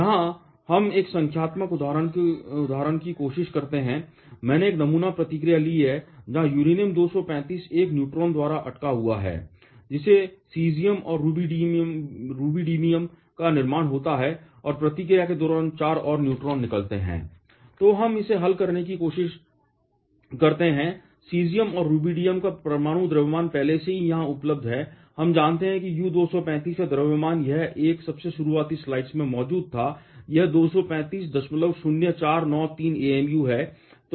यहां हम एक संख्यात्मक उदाहरण की कोशिश करते हैं मैंने एक नमूना प्रतिक्रिया ली है जहां यूरेनियम 235 एक न्यूट्रॉन द्वारा अटका हुआ है जिससे सीज़ियम और रुबिडियम का निर्माण होता है और प्रतिक्रिया के दौरान 4 और न्यूट्रॉन निकलते हैं तो हम इसे हल करने की कोशिश करते हैं सीज़ियम और रुबिडियम का परमाणु द्रव्यमान पहले से ही यहां उपलब्ध है हम जानते हैं कि U 235 का द्रव्यमान यह 1 सबसे शुरुआती स्लाइड्स में मौजूद था यह 2350493 amu है